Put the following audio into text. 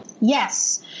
Yes